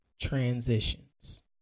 transitions